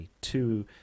two